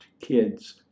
kids